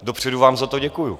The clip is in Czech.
Dopředu vám za to děkuju.